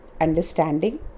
understanding